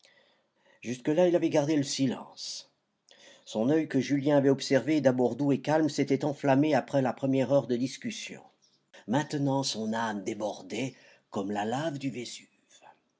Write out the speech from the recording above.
jusque-là il avait gardé le silence son oeil que julien avait observé d'abord doux et calme s'était enflammé après la première heure de discussion maintenant son âme débordait comme la lave du